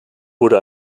wurde